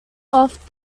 off